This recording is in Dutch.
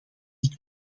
niet